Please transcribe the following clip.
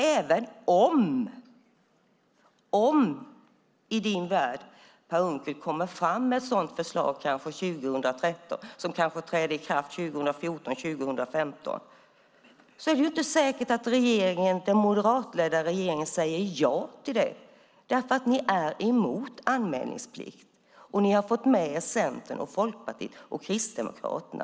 Även om, i din värld, Per Unckel kommer fram med ett sådant förslag kanske 2013 som sedan kanske träder i kraft 2014-2015 är det ju inte säkert att den moderatledda regeringen säger ja till det. Ni är ju emot anmälningsplikten, och ni har fått med er Centern, Folkpartiet och Kristdemokraterna.